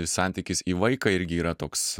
santykis į vaiką irgi yra toks